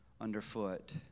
underfoot